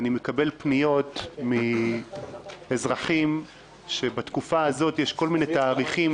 אני מקבל פניות מאזרחים שבתקופה הזאת יש כל מיני תאריכים